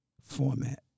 format